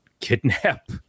kidnap